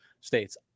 States